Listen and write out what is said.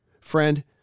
Friend